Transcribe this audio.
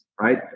right